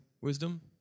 wisdom